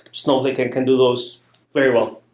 snowflake ah can do those very well.